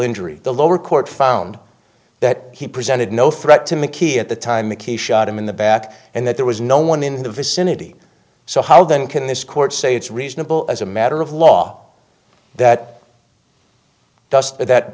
injury the lower court found that he presented no threat to mickey at the time mckay shot him in the back and that there was no one in the vicinity so how then can this court say it's reasonable as a matter of law that does that